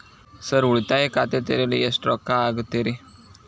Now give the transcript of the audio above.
Sir ಉಳಿತಾಯ ಖಾತೆ ತೆರೆಯಲು ಎಷ್ಟು ರೊಕ್ಕಾ ಆಗುತ್ತೇರಿ?